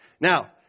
Now